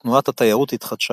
תנועת התיירות התחדשה